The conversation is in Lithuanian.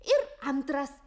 ir antras